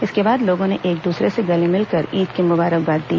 इसके बाद लोगों ने एक दूसरे से गले मिलकर ईद की मुबारकबाद दी